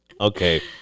Okay